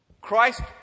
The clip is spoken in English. Christ